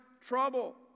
trouble